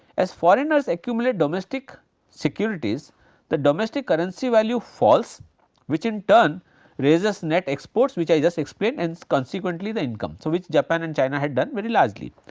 as foreigners accumulate domestic securities the domestic currency value falls which in turn raises net exports which i just explained and consequently the income so, which japan and china had done very largely.